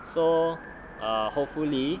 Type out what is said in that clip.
so err hopefully